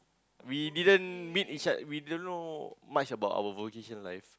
we didn't meet inside we didn't know much about our vocation life